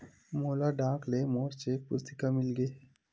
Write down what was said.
मोला डाक ले मोर चेक पुस्तिका मिल गे हे